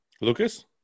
Lucas